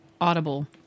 Audible